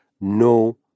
no